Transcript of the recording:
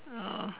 oh